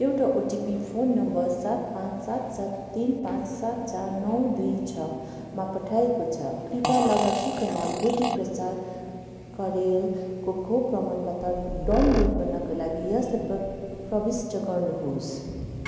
एउटा OTP phone number सात पाँच सात सात तिन पाँच सात चार नौ दुई छमा पठाएको छ कृपया लाभार्थीको नाम बुद्धि प्रसाद कँडेलको खोप प्रमणपत्र डाउनलोड गर्नका लागि यसलाई प्रविष्ट गर्नुहोस्